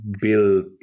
build